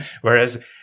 Whereas